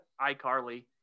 iCarly